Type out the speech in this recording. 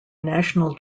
national